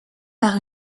par